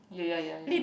ya ya ya ya